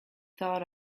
thought